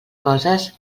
coses